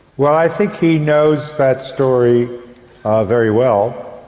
well i think he knows that story very well.